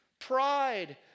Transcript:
pride